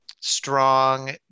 strong